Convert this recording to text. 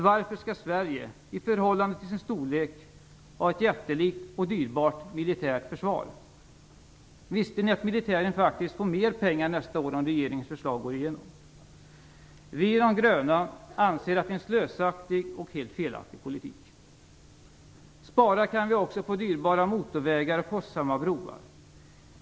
Varför skall Sverige, i förhållande till sin storlek, ha ett jättelikt och dyrbart försvar? Visste ni att militären faktiskt får mer pengar nästa år om regeringens förslag går igenom? Vi i De gröna anser att det är en slösaktig och helt felaktig politik. Spara kan vi också på dyra motorvägar och kostsamma broar.